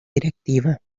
directiva